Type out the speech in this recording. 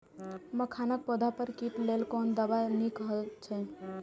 मखानक पौधा पर कीटक लेल कोन दवा निक होयत अछि?